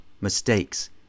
mistakes